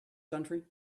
country